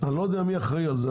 אני לא יודע אם אחראי על זה,